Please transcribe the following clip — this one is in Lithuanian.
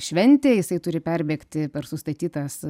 šventę jisai turi perbėgti per sustatytas